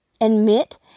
Admit